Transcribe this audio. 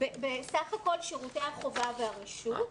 סך הכול שירותי החובה והרשות.